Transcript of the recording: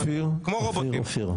אופיר, אופיר, אופיר.